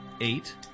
eight